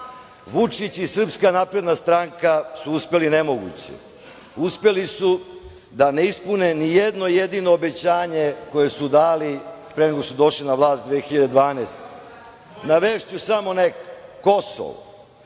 Vučić i Srpska napredna stranka su uspeli nemoguće, uspeli su da ne ispune nijedno jedino obećanje koje su dali pre nego što su došli na vlast 2012. godine. Navešću samo neke. Kosovo.